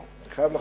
אני חייב לחתום.